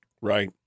Right